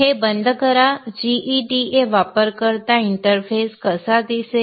हे बंद करा gEDA वापरकर्ता इंटरफेस कसा दिसेल